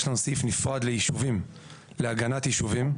יש לנו סעיף נפרד להגנת יישובים.